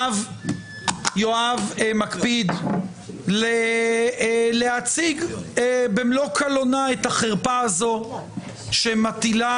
יואב מקפיד להציג במלוא קלונה את החרפה שמטילה